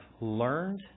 learned